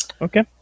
Okay